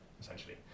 essentially